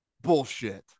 Bullshit